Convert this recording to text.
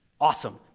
awesome